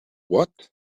what